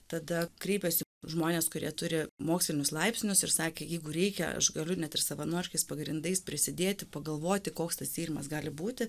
tada kreipiasi žmonės kurie turi mokslinius laipsnius ir sakė jeigu reikia aš galiu net ir savanoriškais pagrindais prisidėti pagalvoti koks tas tyrimas gali būti